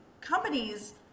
companies